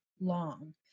long